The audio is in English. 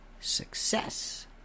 Success